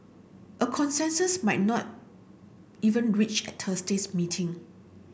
a consensus might not even reached at Thursday's meeting